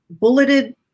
Bulleted